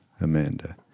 Amanda